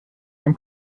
beim